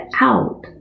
out